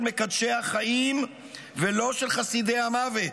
זוהי העמדה של מקדשי החיים ולא של חסידי המוות.